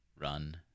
run